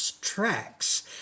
tracks